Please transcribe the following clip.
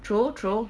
true true